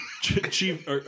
chief